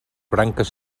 branques